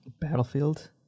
battlefield